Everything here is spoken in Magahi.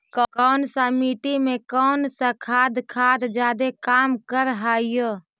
कौन सा मिट्टी मे कौन सा खाद खाद जादे काम कर हाइय?